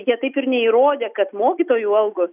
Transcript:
jie taip ir neįrodė kad mokytojų algos